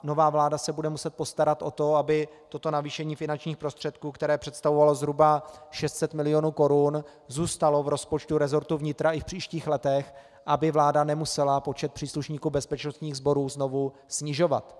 Nová vláda se bude muset postarat o to, aby toto navýšení finančních prostředků, které představovalo zhruba 600 mil. korun, zůstalo v rozpočtu resortu vnitra i v příštích letech, aby vláda nemusela počet příslušníků bezpečnostních sborů znovu snižovat.